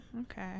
Okay